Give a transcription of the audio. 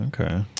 Okay